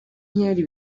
inkeri